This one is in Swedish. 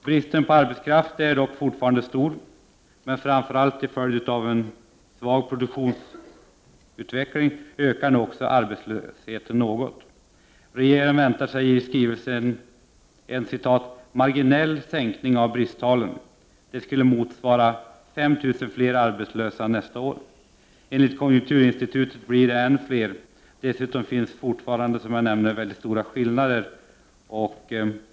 Bristen på arbetskraft är dock fortfarande stor. Men, framför allt till följd av en svag produktionsutveckling ökar nu också arbetslösheten något. Regeringen väntar sig, enligt skrivelsen, en ”marginell sänkning” av bristtalen. Detta skulle motsvara 5 000 arbetslösa nästa år. Enligt konjunkturinstitutet blir det än fler. Dessutom finns fortfarande, som jag nämnde, mycket stora skillnader i arbetslöshetstalen.